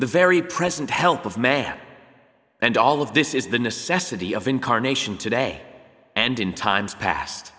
the very present help of man and all of this is the necessity of incarnation today and in times past